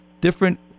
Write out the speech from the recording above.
different